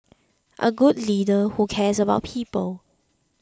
a good leader who cares about people